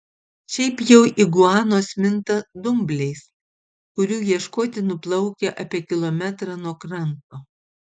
šiaip jau iguanos minta dumbliais kurių ieškoti nuplaukia apie kilometrą nuo kranto